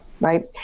right